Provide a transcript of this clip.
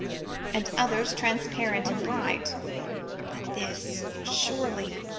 and others transparent and bright but this, surely,